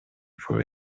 for